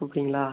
கூப்பிட்டீங்களா